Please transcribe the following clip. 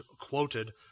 quoted